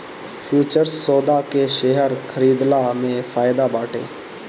futures सौदा के share खरीदला में फायदा बाटे